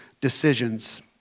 decisions